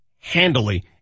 handily